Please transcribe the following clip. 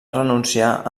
renunciar